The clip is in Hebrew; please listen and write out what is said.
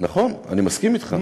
נכון, אני מסכים אתך.